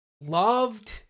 loved